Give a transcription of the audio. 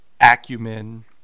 acumen